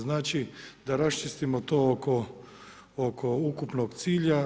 Znači da raščistimo to oko ukupnog cilja.